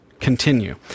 Continue